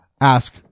ask